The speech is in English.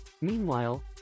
Meanwhile